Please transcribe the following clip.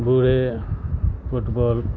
بوڑھے فٹبال